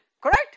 Correct